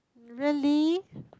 really